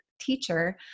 teacher